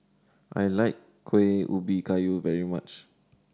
I like Kueh Ubi Kayu very much